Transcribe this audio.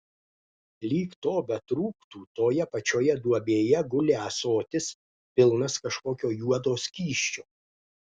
lyg to betrūktų toje pačioje duobėje guli ąsotis pilnas kažkokio juodo skysčio